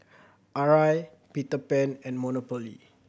Arai Peter Pan and Monopoly